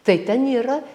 tai ten yra